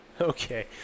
Okay